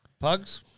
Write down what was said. Pugs